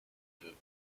veut